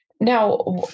Now